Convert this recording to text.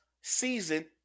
season